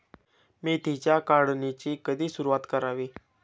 मेथीच्या काढणीची कधी सुरूवात करावी?